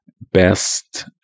Best